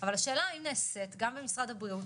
אבל השאלה היא האם נעשית גם במשרד הבריאות